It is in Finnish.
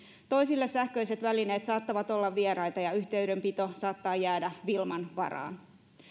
toisille sähköiset välineet saattavat olla vieraita ja yhteydenpito saattaa jäädä wilman varaan